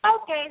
Okay